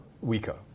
weaker